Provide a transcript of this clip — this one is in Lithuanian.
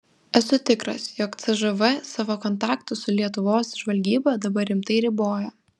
esu tikras jog cžv savo kontaktus su lietuvos žvalgyba dabar rimtai riboja